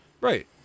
Right